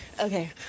okay